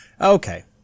Okay